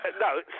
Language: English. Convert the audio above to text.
No